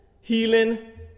healing